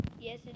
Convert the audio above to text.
Yes